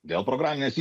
dėl programinės